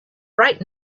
right